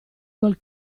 col